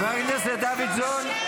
חבר הכנסת דוידסון,